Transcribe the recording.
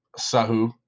sahu